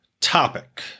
topic